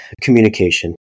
communication